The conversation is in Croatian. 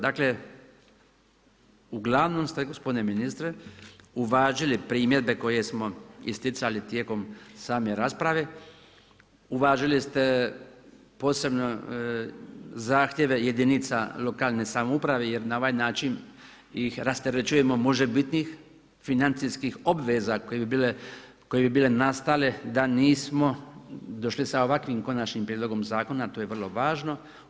Dakle, uglavnom ste gospodine ministre uvažili primjedbe koje smo isticali tijekom same rasprave, uvažili ste posebne zahtjeve jedinica lokalne samouprave jer na ovaj način ih rasterećujemo možebitnih financijskih obveza koje bi bile nastale da nismo došli sa ovakvim Konačnim prijedlogom Zakona, to je vrlo važno.